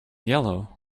yellow